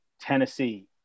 Tennessee